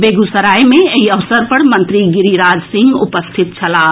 बेगूसराय मे एहि अवसर पर मंत्री गिरिराज सिंह उपस्थित छलाह